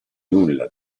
nulla